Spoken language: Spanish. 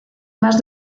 más